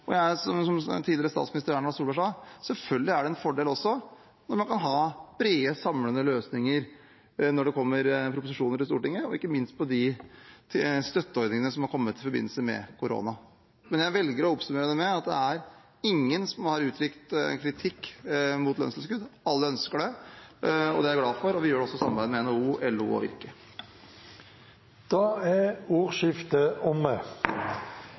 som tidligere statsminister Erna Solberg sa: Selvfølgelig er det en fordel når man kan ha brede, samlende løsninger når det kommer proposisjoner til Stortinget, og ikke minst på de støtteordningene som har kommet i forbindelse med korona. Jeg velger å oppsummere det med at det er ingen som har uttrykt kritikk mot lønnstilskudd – alle ønsker det. Det er jeg glad for, og vi gjør det også i samarbeid med NHO, LO og Virke. Da er ordskiftet omme.